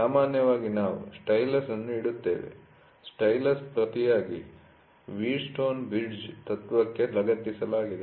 ಸಾಮಾನ್ಯವಾಗಿ ನಾವು ಸ್ಟೈಲಸ್ ಅನ್ನು ಇಡುತ್ತೇವೆ ಸ್ಟೈಲಸ್ ಪ್ರತಿಯಾಗಿ ವೀಟ್ ಸ್ಟೋನ್ ಬ್ರಿಡ್ಜ ತತ್ವಕ್ಕೆ ಲಗತ್ತಿಸಲಾಗಿದೆ